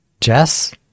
Jess